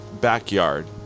backyard